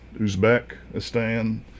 Uzbekistan